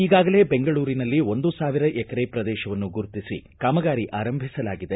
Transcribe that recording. ಈಗಾಗಲೇ ಬೆಂಗಳೂರಿನಲ್ಲಿ ಒಂದು ಸಾವಿರ ಎಕರೆ ಪ್ರದೇಶವನ್ನು ಗುರ್ತಿಸಿ ಕಾಮಗಾರಿ ಆರಂಭಿಸಲಾಗಿದೆ